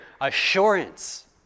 assurance